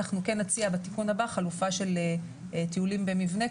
אנחנו נציע בתיקון הבא חלופה של טיולים במבנה,